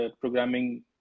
programming